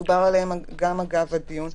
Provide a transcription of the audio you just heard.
דובר עליהם גם אגב הדיון,